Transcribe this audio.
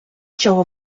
чого